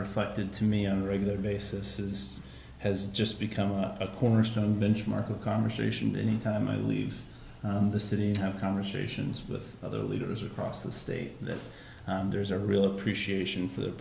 reflected to me on a regular basis is has just become a cornerstone benchmark of conversation any time i leave the city and have conversations with other leaders across the state that there's a real appreciation for the